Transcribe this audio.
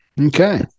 Okay